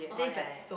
oh yeah yeah yeah